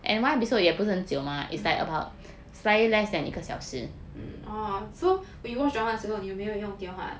oh so when you watch drama 的时候你有没有用电话